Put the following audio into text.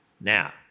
Now